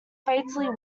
fatally